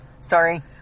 Sorry